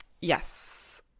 yes